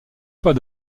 pas